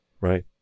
Right